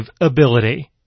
ability